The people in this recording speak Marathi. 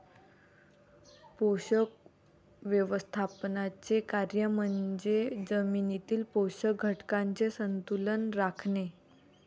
पोषक व्यवस्थापनाचे कार्य म्हणजे जमिनीतील पोषक घटकांचे संतुलन राखणे